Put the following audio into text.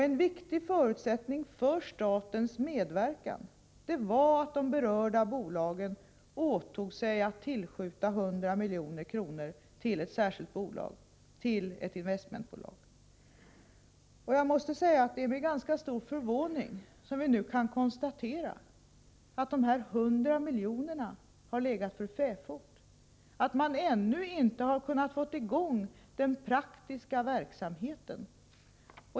En viktig förutsättning för statens medverkan var att de berörda bolagen åtog sig att tillskjuta 100 milj.kr. till ett särskilt investmentbolag. Jag måste säga att det är med ganska stor förvåning som vi nu kan konstatera att dessa 100 miljoner har legat för fäfot, att man ännu inte har kunnat sätta i gång någon praktisk verksamhet.